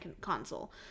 console